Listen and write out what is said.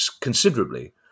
considerably